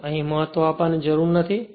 આ બાજુને મહત્વ આપવાની જરૂર નથી